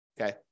Okay